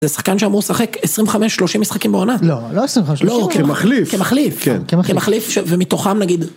זה שחקן שאמור לשחק 25-30 משחקים בענת? לא, לא 25-30, כמחליף. כמחליף? כן, כמחליף. כמחליף ומתוכם נגיד..